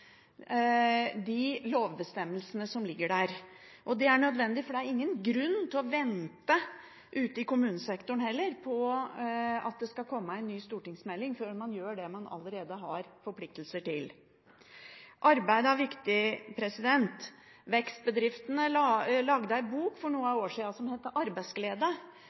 de lovbestemmelsene som foreligger. Det er nødvendig. Ute i kommunesektoren er det ingen grunn til å vente på at det skal komme en ny stortingsmelding før man gjør det man allerede har forpliktelser til. Arbeid er viktig. Vekstbedriftene lagde en bok for noen år siden som het «Arbeidsglede». Det tror jeg er veldig riktig beskrevet, for på få steder møter jeg så mye arbeidsglede